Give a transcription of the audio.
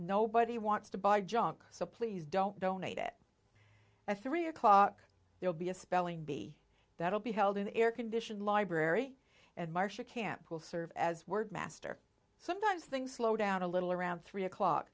nobody wants to buy junk so please don't donate it and three o'clock there will be a spelling bee that will be held in the air conditioned library and marcia camp will serve as word master sometimes things slow down a little around three o'clock